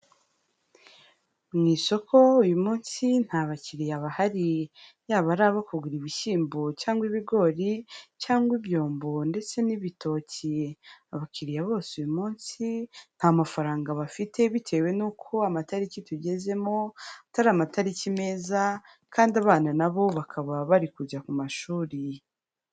Mu isoko uyu munsi nta bakiriya bahari yaba ari abo kugura ibishyimbo cyangwa ibigori cyangwa ibyombo ndetse n'ibitoki, abakiriya bose uyu munsi nta mafaranga bafite bitewe n'uko amatariki tugezemo atari amatariki meza kandi abana nabo bakaba bari kujya ku mashuri.